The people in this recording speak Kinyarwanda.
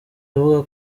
avuga